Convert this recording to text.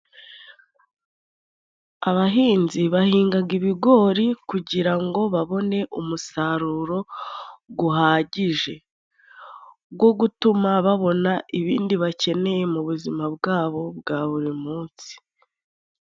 Abahinzi bahingaga ibigori kugira ngo babone umusaruro gwuhagije, gwo gutuma babona ibindi bakeneye mu buzima bwabo bwa buri munsi.